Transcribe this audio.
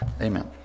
Amen